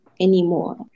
anymore